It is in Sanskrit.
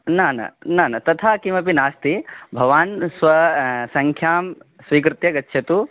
न न न तथा किमपि नास्ति भवान् स्व सङ्ख्यां स्वीकृत्य गच्छतु